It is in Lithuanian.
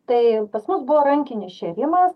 tai pas mus buvo rankinis šėrimas